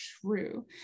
true